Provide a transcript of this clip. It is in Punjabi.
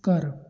ਘਰ